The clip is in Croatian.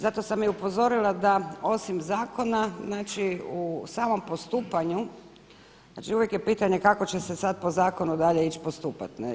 Zato sam i upozorila da osim zakona znači u samom postupanju, znači uvijek je pitanje kako će se sad po zakonu dalje ići postupati.